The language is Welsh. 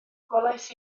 gwelais